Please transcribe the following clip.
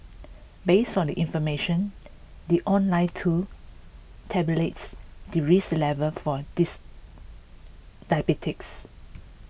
based on the information the online tool tabulates the risk level for this diabetes